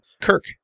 Kirk